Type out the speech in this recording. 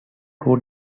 two